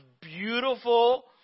beautiful